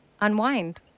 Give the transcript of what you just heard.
Unwind